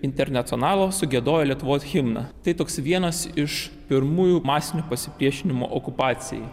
internacionalo sugiedojo lietuvos himną tai toks vienas iš pirmųjų masinių pasipriešinimo okupacijai